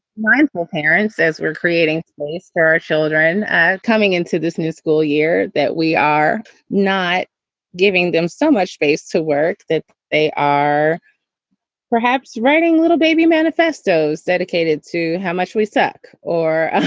mindful parents as we're creating space for our children coming into this new school year, that we are not giving them so much space to work that they are perhaps writing little baby manifestos dedicated to how much we suck or ah